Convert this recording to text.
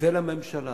ואל הממשלה